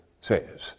says